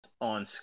on